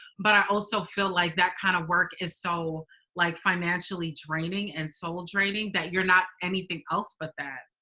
but i also feel like that kind of work is so like financially draining and soul draining that you're not anything else but that.